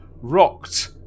rocked